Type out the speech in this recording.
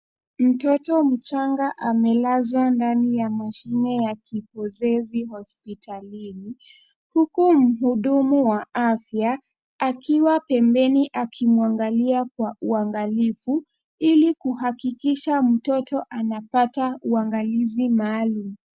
Mtoto mchanga amelaza ndani ya mashine ya kipozezi hospitalini, huku mhudumu wa afya akiwa pembeni akimwangalia kwa uangalifu ili kuhakikisha mtoto anapata uangalizi maalum.